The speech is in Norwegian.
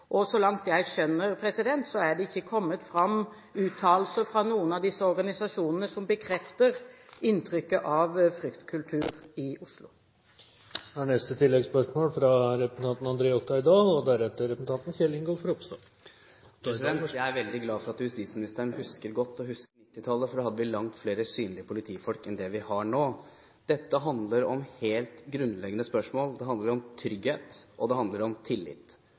Så langt jeg skjønner, er det ikke kommet fram uttalelser fra noen av disse organisasjonene som bekrefter inntrykket av fryktkultur i Oslo. André Oktay Dahl – til oppfølgingsspørsmål. Jeg er veldig glad for at justisministeren husker godt og husker 1990-tallet, for da hadde vi langt flere synlige politifolk enn det vi har nå. Dette handler om helt grunnleggende spørsmål; det handler om trygghet, og det handler om tillit.